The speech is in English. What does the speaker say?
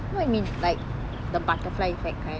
what you mean like the butterfly effect kind